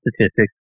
statistics